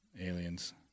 aliens